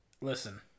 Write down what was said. listen